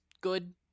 good